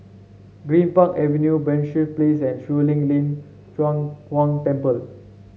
Greenpark Avenue Penshurst Place and Shuang Lin Lin Cheng Huang Temple